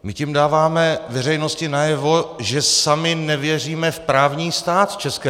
My tím dáváme veřejnosti najevo, že sami nevěříme v právní stát ČR.